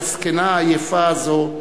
"הזקנה העייפה הזו",